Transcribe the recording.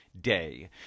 day